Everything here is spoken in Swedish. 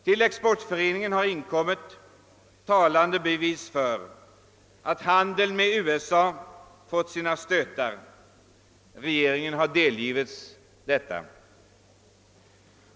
Till Exportföreningen har inkommit talande bevis för att handeln med USA har fått sina stötar, och regeringen har erhållit information därom.